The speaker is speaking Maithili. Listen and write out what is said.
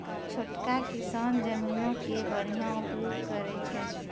छोटका किसान जमीनो के बढ़िया उपयोग करै छै